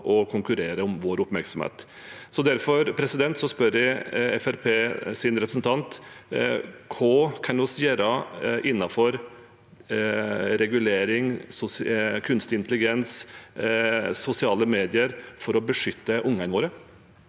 å konkurrere om vår oppmerksomhet. Derfor spør jeg Fremskrittspartiets representant: Hva kan vi gjøre innenfor regulering av kunstig intelligens og sosiale medier for å beskytte ungene våre?